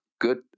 good